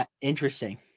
interesting